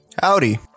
Howdy